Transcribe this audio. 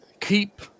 Keep